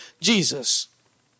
jesus